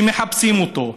שמחפשים אותו,